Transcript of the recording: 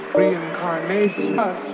reincarnation